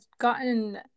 gotten